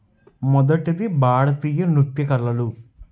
మొదటిది భారతీయ నృత్య కళలు